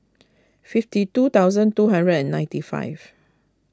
fifty two thousand two hundred and ninety five